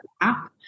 app